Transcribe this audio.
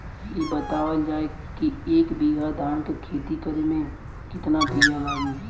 इ बतावल जाए के एक बिघा धान के खेती करेमे कितना बिया लागि?